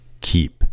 Keep